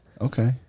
Okay